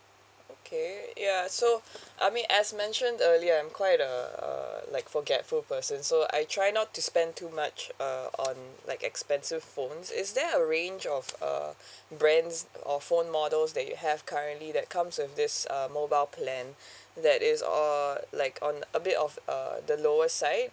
okay ya so I mean as mentioned earlier I'm quite uh uh like forgetful person so I try not to spend too much uh on like expensive phones is there a range of uh brands or phone models that you have currently that comes with this uh mobile plan that is or like on a bit of uh the lower side